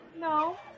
No